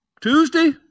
Tuesday